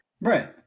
right